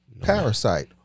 parasite